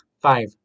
Five